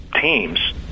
teams